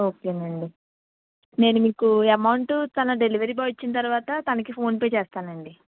ఓకేనండీ నేను మీకు అమౌంట్ తను డెలివరీ బాయ్ వచ్చిన తర్వాత తనకి ఫోన్ పే చేస్తానండీ